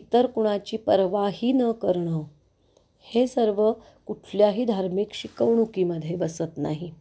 इतर कुणाची पर्वाही न करणं हे सर्व कुठल्याही धार्मिक शिकवणुकीमध्ये बसत नाही